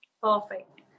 Perfect